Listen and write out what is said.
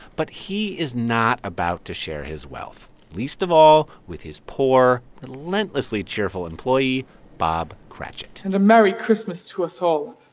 but he is not about to share his wealth, least of all with his poor, relentlessly cheerful employee bob cratchit and a merry christmas to us all.